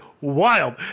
wild